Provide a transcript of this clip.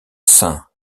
saints